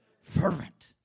Fervent